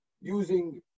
using